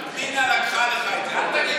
פנינה לקחה לך את זה.